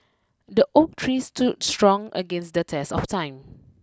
the oak tree stood strong against the test of time